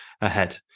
ahead